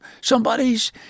somebody's